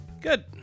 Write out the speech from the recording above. Good